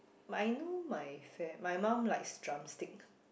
but I know my fa~ my mum likes drumstick